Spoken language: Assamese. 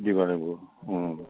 দিব লাগিব